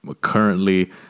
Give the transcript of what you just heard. currently